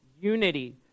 Unity